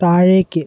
താഴെക്ക്